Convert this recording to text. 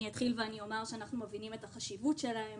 אני אתחיל ואומר שאנחנו מבינים את החשיבות שלהם,